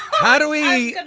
how do we and